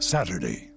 Saturday